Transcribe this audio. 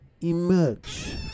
emerge